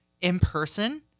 in-person